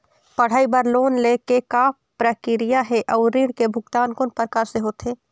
पढ़ई बर लोन ले के का प्रक्रिया हे, अउ ऋण के भुगतान कोन प्रकार से होथे?